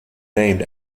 named